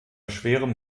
schwerem